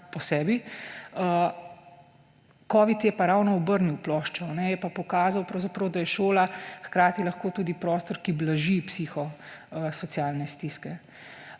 po sebi, covid je pa ravno obrnil ploščo. Pravzaprav pa je pokazal, da je šola hkrati lahko tudi prostor, ki blaži psihosocialne stiske.